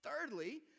Thirdly